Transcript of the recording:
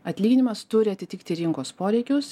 atlyginimas turi atitikti rinkos poreikius